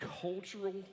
cultural